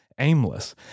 Aimless